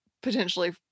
potentially